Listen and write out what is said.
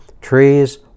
trees